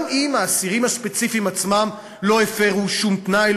גם אם האסירים הספציפיים עצמם לא הפרו שום תנאי,